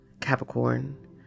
Capricorn